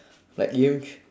like E M thr~